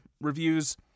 reviews